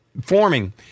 forming